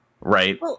right